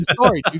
sorry